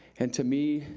and to me,